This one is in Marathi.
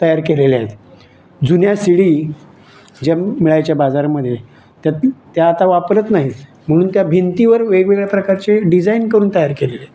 तयार केलेल्या आहेत जुन्या सीडी ज्या मिळायच्या बाजारामध्ये तर त्या आता वापरत नाही म्हणून त्या भिंतीवर वेगवेगळ्या प्रकारचे डिझाईन करून तयार केलेले आहेत